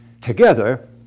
Together